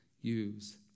use